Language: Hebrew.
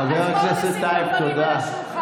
חבר הכנסת טייב, תודה.